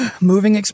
Moving